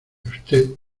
usted